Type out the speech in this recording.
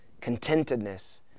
contentedness